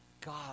god